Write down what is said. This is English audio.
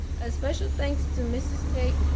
a special thanks to mrs. tate,